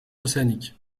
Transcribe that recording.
océanique